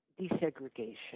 desegregation